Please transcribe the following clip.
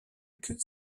could